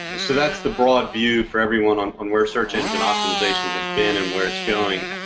so that's the broad view for everyone on on where search engine optimization has been and where it's going.